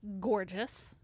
gorgeous